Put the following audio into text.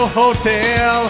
hotel